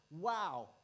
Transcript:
Wow